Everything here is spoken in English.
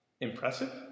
impressive